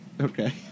Okay